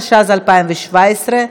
התשע"ז 2017,